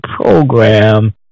program